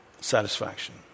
satisfaction